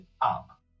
up